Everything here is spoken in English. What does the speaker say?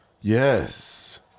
Yes